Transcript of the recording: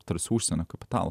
tarsi užsienio kapitalo